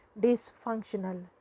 dysfunctional